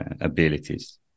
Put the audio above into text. abilities